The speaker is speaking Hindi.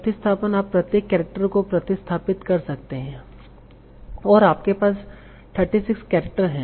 प्रतिस्थापन आप प्रत्येक केरेक्टर को प्रतिस्थापित कर सकते हैं और आपके पास 36 केरेक्टर हैं